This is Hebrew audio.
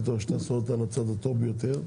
אני בטוח שתעשה אותה על הצד הטוב ביותר.